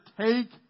take